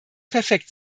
perfekt